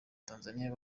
tanzania